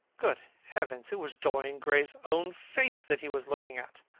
good heavens! it was dorian gray's own face that he was looking at!